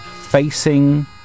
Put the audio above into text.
facing